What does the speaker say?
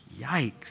Yikes